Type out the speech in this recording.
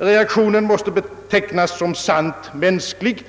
Reaktionen måste betecknas som sant mänsklig